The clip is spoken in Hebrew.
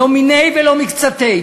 לא מיניה ולא מקצתיה.